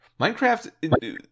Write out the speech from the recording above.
Minecraft